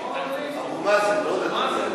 אבו מאזן.